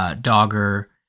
Dogger